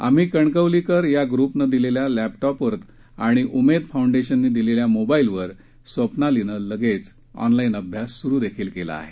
आम्ही कणकवलीकर ग्रूपने दिलेल्या लॅपटॉपवर आणि उमेद फाउंडेशनने दिलेल्या मोबाईलवर स्वप्नालीने लगेच ऑनलाईन अभ्यास सुरु देखील केला आहे